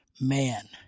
man